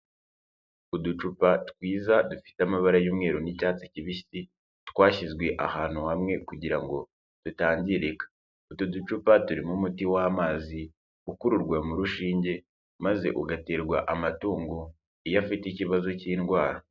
Uducupa twiza dufite amabara y'umweru n'icyatsi kibisi, twashyizwe ahantu hamwe kugira ngo dutangirika, utu ducupa turimo umuti w'amazi ukururwa mu rushinge maze ugaterwa amatungo iyo afite ikibazo cy'indwara.